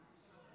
שר,